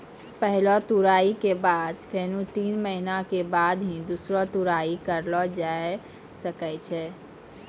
पहलो तुड़ाई के बाद फेनू तीन महीना के बाद ही दूसरो तुड़ाई करलो जाय ल सकै छो